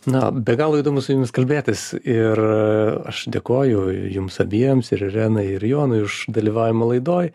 na be galo įdomu su jumis kalbėtis ir aš dėkoju jums abiems ir irenai ir jonui už dalyvavimą laidoj